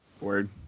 word